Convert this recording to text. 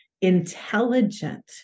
intelligent